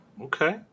Okay